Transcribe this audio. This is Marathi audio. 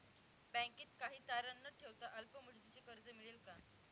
बँकेत काही तारण न ठेवता अल्प मुदतीचे कर्ज मिळेल का?